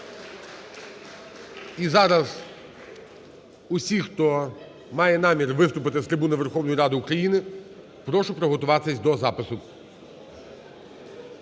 І зараз усі, хто має намір виступити з трибуни Верховної Ради України, прошу приготуватися до запису.